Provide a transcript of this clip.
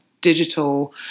digital